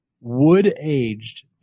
Wood-aged